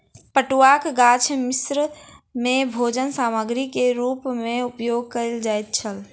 पटुआक गाछ मिस्र में भोजन सामग्री के रूप में उपयोग कयल जाइत छल